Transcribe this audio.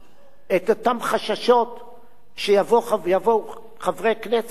שיבואו חברי כנסת ויציעו לעשות חקיקה